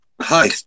Hi